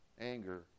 anger